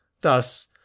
Thus